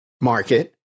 market